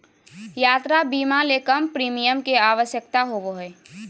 यात्रा बीमा ले कम प्रीमियम के आवश्यकता होबो हइ